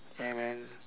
yeah man